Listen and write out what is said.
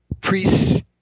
priests